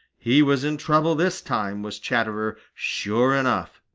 he was in trouble this time, was chatterer, sure enough!